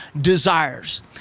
desires